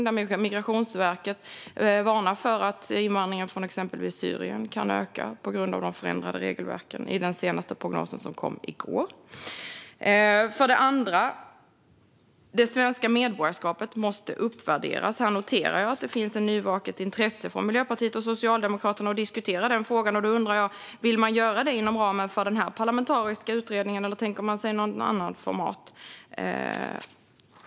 I den senaste prognosen, som kom i går, varnar Migrationsverket för att invandringen från exempelvis Syrien kan öka på grund av de förändrade regelverken. Det svenska medborgarskapet måste uppvärderas. Här noterar jag att det finns ett nyvaket intresse från Miljöpartiet och Socialdemokraterna att diskutera den frågan. Då undrar jag: Vill man göra det inom ramen för den parlamentariska utredningen, eller tänker man sig något annat format?